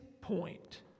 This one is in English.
point